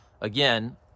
again